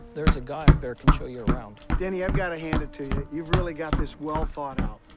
there's a guy up there, can show you around. danny, i've gotta hand it to you. you've really got this well thought out.